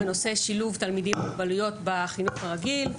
בנושא שילוב תלמידים עם מוגבלויות בחינוך הרגיל.